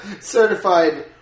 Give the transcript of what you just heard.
Certified